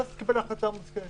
ואז תתקבל החלטה מושכלת.